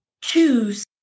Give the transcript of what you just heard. choose